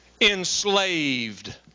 Enslaved